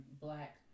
Black